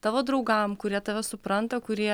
tavo draugam kurie tave supranta kurie